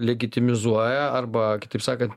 legitimizuoja arba kitaip sakant